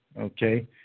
okay